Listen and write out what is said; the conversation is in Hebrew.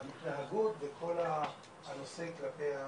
ההתנהגות, ועל כל הנושא כלפי הילדים.